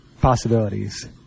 possibilities